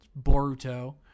Boruto